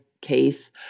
case